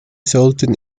sollten